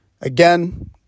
Again